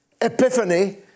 epiphany